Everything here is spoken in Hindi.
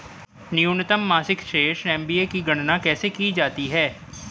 न्यूनतम मासिक शेष एम.ए.बी की गणना कैसे की जाती है?